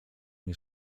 nie